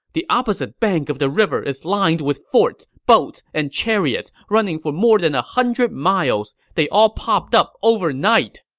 the opposite bank of the river is lined with forts, boats, and chariots, running for more than a hundred miles. they all popped up overnight!